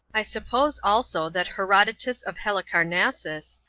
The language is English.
i suppose also that herodotus of halicarnassus,